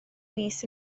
mis